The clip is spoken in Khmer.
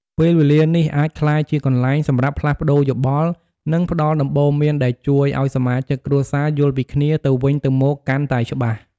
ពេលវេលានេះអាចក្លាយជាកន្លែងសម្រាប់ផ្លាស់ប្តូរយោបល់ និងផ្តល់ដំបូន្មាន ដែលជួយឱ្យសមាជិកគ្រួសារយល់ពីគ្នាទៅវិញទៅមកកាន់តែច្បាស់។